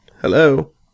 Hello